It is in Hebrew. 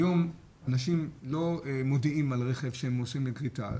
היום אנשים לא מודיעים על רכב שהם מוסרים לגריטה,